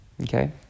Okay